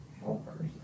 Helpers